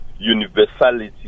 universality